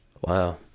Wow